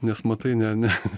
nes matai ne ne